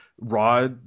Raw